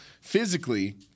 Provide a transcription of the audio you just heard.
Physically